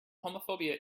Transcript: homophobia